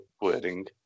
wording